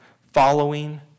following